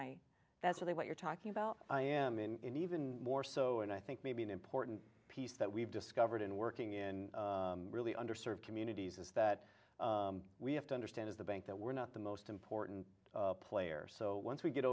my that's really what you're talking about i am in even more so and i think maybe an important piece that we've discovered in working in really under served communities is that we have to understand as the bank that we're not the most important player so once we get